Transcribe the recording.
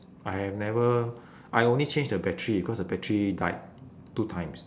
I have never I only change the battery because the battery died two times